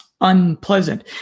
unpleasant